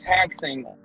taxing